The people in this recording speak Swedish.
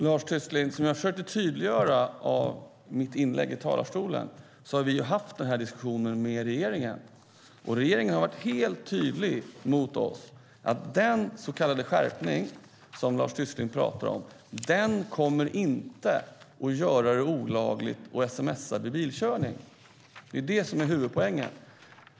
Fru talman! Som jag försökte tydliggöra i mitt inlägg i talarstolen har vi haft den här diskussionen med regeringen, och regeringen har varit helt tydlig mot oss. Den så kallade skärpning som Lars Tysklind pratar om kommer inte att göra det olagligt att sms:a vid bilkörning. Det är huvudpoängen.